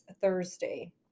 Thursday